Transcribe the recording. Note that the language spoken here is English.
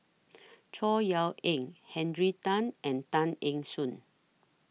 Chor Yeok Eng Henry Tan and Tay Eng Soon